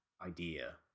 idea